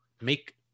make